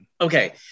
Okay